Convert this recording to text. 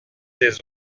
des